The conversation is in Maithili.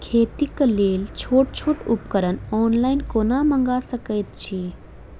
खेतीक लेल छोट छोट उपकरण ऑनलाइन कोना मंगा सकैत छी?